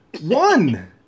One